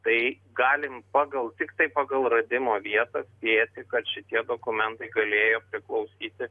tai galim pagal tiktai pagal radimo vietą spėti kad šitie dokumentai galėjo priklausyti